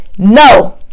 No